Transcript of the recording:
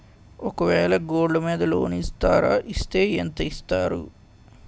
ఒక వేల గోల్డ్ మీద లోన్ ఇస్తారా? ఇస్తే ఎంత ఇస్తారు?